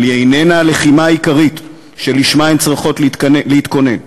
אבל היא איננה הלחימה העיקרית שלשמה הן צריכות להתכונן.